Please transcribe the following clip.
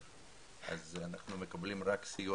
אז אנחנו מקבלים רק סיוע צבאי.